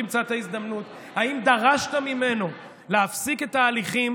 תמצא את ההזדמנות: האם דרשת ממנו להפסיק את ההליכים